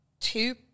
two